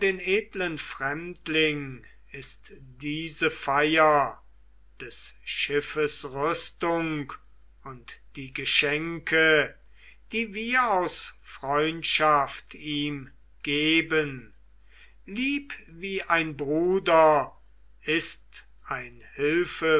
edlen fremdling ist diese feier des schiffes rüstung und die geschenke die wir aus freundschaft ihm geben lieb wie ein bruder ist ein